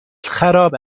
خراب